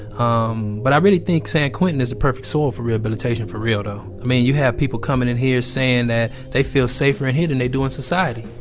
um but i really think san quentin is the perfect soil for rehabilitation for real though i mean, you have people coming in here saying that they feel safer in here than they do in society